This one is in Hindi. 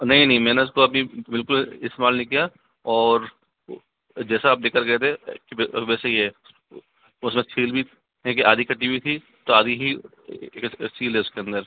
नहीं नहीं मैंने इसको अभी बिल्कुल इस्तेमाल नहीं किया और जैसे आप दे कर गए थे वैसा ही है और सर सील भी आधी कटी हुई थीं तो आधी ही सील है उसके अंदर